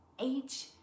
age